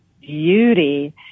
beauty